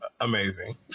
amazing